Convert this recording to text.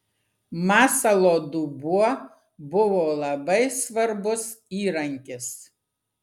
masalo dubuo buvo labai svarbus įrankis